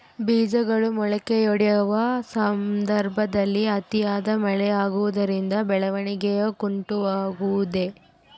ಬೇಜಗಳು ಮೊಳಕೆಯೊಡೆಯುವ ಸಂದರ್ಭದಲ್ಲಿ ಅತಿಯಾದ ಮಳೆ ಆಗುವುದರಿಂದ ಬೆಳವಣಿಗೆಯು ಕುಂಠಿತವಾಗುವುದೆ?